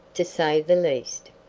to say the least.